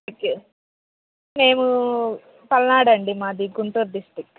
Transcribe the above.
okay మేము పల్నాడు అండి మాది గుంటూరు డిస్ట్రిక్ట్